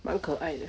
蛮可爱的